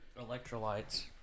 electrolytes